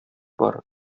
бар